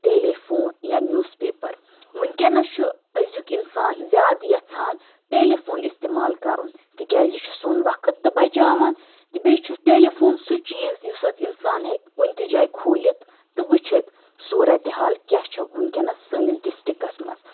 ٹیلی phone یا newspaper وُنکٮ۪نَس چھُ أزیُک اِنسان زیادٕ یَژھان ٹیلی فون اِستِمال کَرُن تِکیٛازِ یہِ چھُ سون وقت تہٕ بَچاوان تہٕ بیٚیہِ چھُ ٹیلی فون سُہ چیٖز یُس حظ اِنسان ہیٚکہِ کُنہِ تہِ جایہِ کھوٗلِتھ تہٕ وُچھِتھ صوٗرَتہِ حال کیٛاہ چھُ وُنکٮ۪نَس سٲنِس ڈِسٹِرٛکَس منٛز